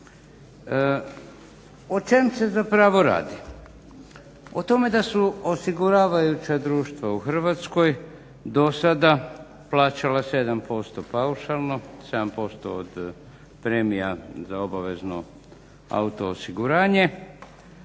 O čemu se zapravo radi? O tome da su osiguravajuća društva u Hrvatskoj dosada plaćala 7% paušalno, 7% od premija za obavezno auto osiguranje